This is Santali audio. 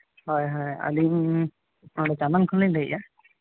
ᱦᱳᱭ ᱦᱳᱭ ᱟᱹᱞᱤᱧ ᱱᱚᱰᱮ ᱪᱟᱫᱟᱱ ᱠᱷᱚᱱᱞᱤᱧ ᱞᱟᱹᱭᱮᱫᱼᱟ